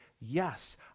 yes